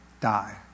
die